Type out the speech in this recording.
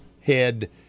head